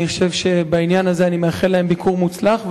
אני מאחל להם ביקור מוצלח,